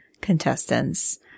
contestants